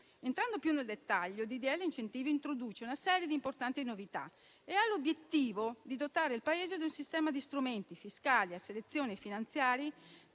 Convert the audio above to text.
Entrando più nel dettaglio il disegno di legge incentivi introduce una serie di importanti novità e ha l'obiettivo di dotare il Paese di un sistema di strumenti fiscali e di selezione finanziaria